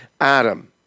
Adam